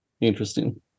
Interesting